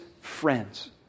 friends